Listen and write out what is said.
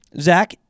zach